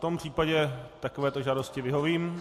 V tom případě takovéto žádosti vyhovím.